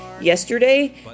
yesterday